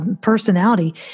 personality